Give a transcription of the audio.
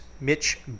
Mitch